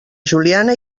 juliana